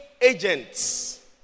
agents